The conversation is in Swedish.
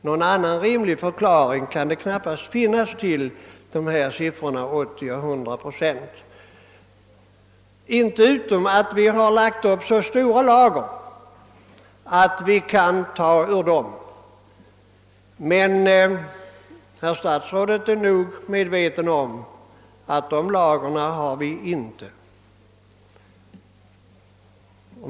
Någon annan rimlig förklaring kan emellertid knappast finnas till de anförda siffrorna 80 respektive 100 procent. Det kan naturligtvis tänkas att vi lägger upp så stora lager av livsmedel att vi kan klara oss med dem, men herr statsrådet är nog medveten om att vi inte har sådana lager.